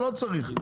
לא צריך,